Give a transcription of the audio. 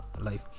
life